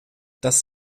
das